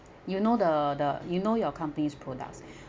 you know the the you know your company products